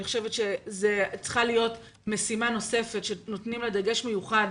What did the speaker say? אני חושבת שזו צריכה להיות משימה נוספת שנותנים לה דגש מיוחד,